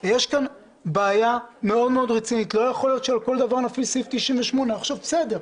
בשני נושאים לפי סעיף 98 לתקנון הכנסת.